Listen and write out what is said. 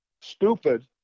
stupid